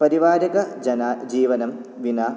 परिवारिकजन जीवनं विना